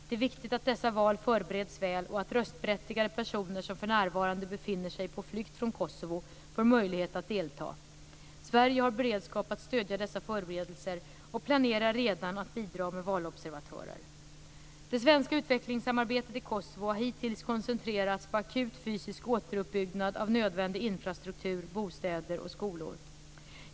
Det är viktigt att dessa val förbereds väl och att röstberättigade personer som för närvarande befinner sig på flykt från Kosovo får möjlighet att delta. Sverige har beredskap att stödja dessa förberedelser och planerar redan att bidra med valobservatörer. Det svenska utvecklingssamarbetet i Kosovo har hittills koncentrerats på akut fysisk återuppbyggnad av nödvändig infrastruktur, bostäder och skolor.